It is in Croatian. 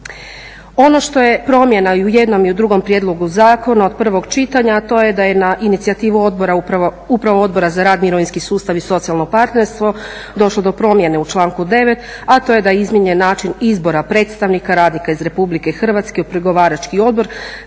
Ono što je promjena i u jednom i u drugom prijedlogu zakona od prvog čitanja, a to je da je na inicijativu odbora upravo Odbora za rad, mirovinski sustav i socijalno partnerstvo došlo do promjene u članku 9., a to je da je izmijenjen način izbora predstavnika radnika iz RH u pregovarački odbor